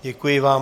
Děkuji vám.